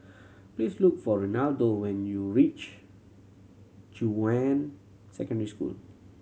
please look for Renaldo when you reach Junyuan Secondary School